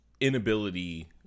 inability